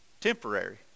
temporary